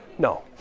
No